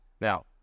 Now